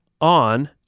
on